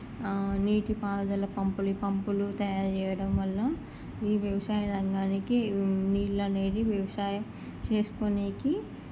నీటిపారుదల పంపులు ఈ పంపులు తయారు చేయడం వల్ల ఈ వ్యవసాయ రంగానికి నీళ్ళు అనేది వ్యవసాయం చేసుకోడానికి